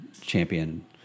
champion